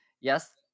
yes